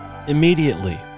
immediately